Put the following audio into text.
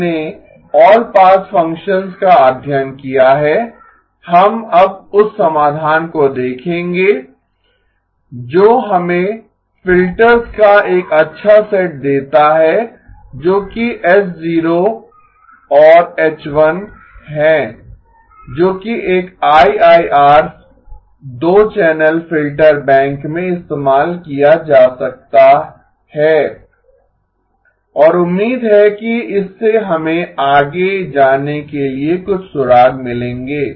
हमने all pass functions का अध्ययन किया है हम अब उस समाधान को देखेंगे जो हमें फिल्टर्स का एक अच्छा सेट देता है जोकि H 0 और H 1 हैं जो कि एक आईआईआर 2 चैनल फ़िल्टर बैंक में इस्तेमाल किया जा सकता है और उम्मीद है कि इससे हमें आगे जाने के लिए कुछ सुराग मिलेंगे